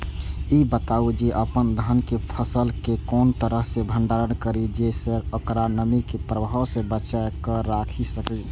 ई बताऊ जे अपन धान के फसल केय कोन तरह सं भंडारण करि जेय सं ओकरा नमी के प्रभाव सं बचा कय राखि सकी?